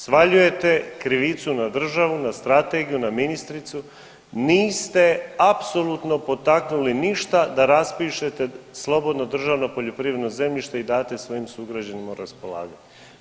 Svaljujte krivicu na državu, na strategiju, na ministricu, niste apsolutno potaknuli ništa da raspišete slobodno državno poljoprivredno zemljište i date svojim sugrađanima u raspolaganje.